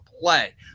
play